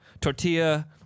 tortilla